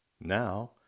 Now